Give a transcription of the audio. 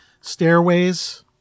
Stairways